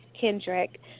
Kendrick